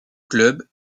clubs